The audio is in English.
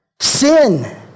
Sin